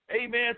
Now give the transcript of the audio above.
amen